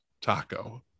taco